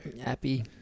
Happy